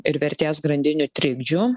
ir vertės grandinių trikdžių